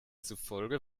zufolge